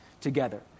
together